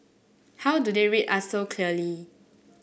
how do they read us so clearly